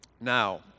Now